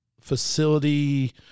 facility